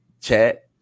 chat